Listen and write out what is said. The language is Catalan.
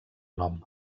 nom